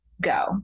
go